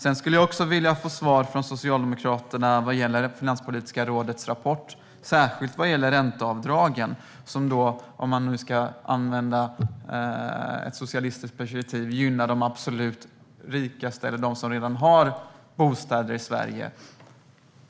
Jag skulle också vilja få svar från Socialdemokraterna vad gäller Finanspolitiska rådets rapport, särskilt angående ränteavdragen, som, om man nu ska använda ett socialistiskt perspektiv, gynnar de absolut rikaste eller dem som redan har bostäder i Sverige.